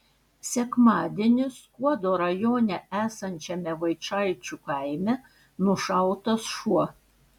sekmadienį skuodo rajone esančiame vaičaičių kaime nušautas šuo